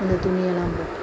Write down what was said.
அந்த துணியெல்லாம்